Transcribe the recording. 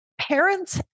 parents